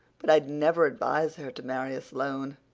but i'd never advise her to marry a sloane.